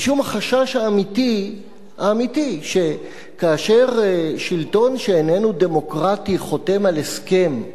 משום החשש האמיתי שכאשר שלטון שאיננו דמוקרטי חותם על הסכם,